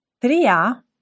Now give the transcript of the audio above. tria